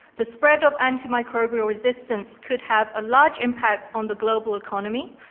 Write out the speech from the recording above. the spread of antimicrobial resistance could have a large impact on the global economy,